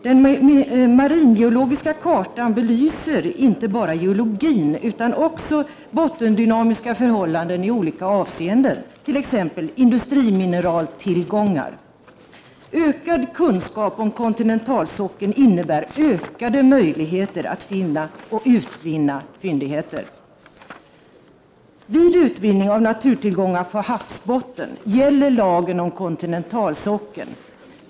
Den maringeologiska kartan belyser inte bara geologin utan också bottendynamiska förhållanden i olika hänseenden, t.ex. industrimineraltillgångar. Ökad kunskap om kontinentalsockeln innebär ökade möjligheter att finna och utvinna fyndigheter Vid utvinning av naturtillgångar från havsbotten gäller lagen om kontinentalsockeln.